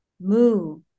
Moo